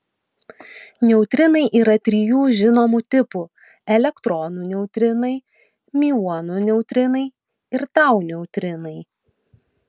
neutrinai yra trijų žinomų tipų elektronų neutrinai miuonų neutrinai ir tau neutrinai